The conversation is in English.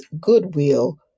goodwill